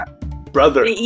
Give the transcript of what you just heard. Brother